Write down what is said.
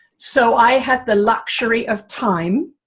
so i had the luxury of time.